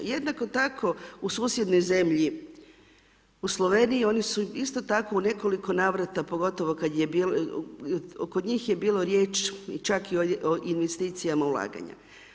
Jednako tako u susjednoj zemlji, u Sloveniji oni su isto tako u nekoliko navrata pogotovo kada je bilo, kod njih je bilo riječ čak o investicijama ulaganja.